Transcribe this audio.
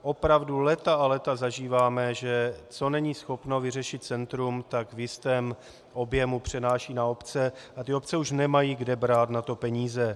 Opravdu léta a léta zažíváme, že co není schopno vyřešit centrum, tak v jistém objemu přenáší na obce a ty obce už nemají kde na to brát peníze.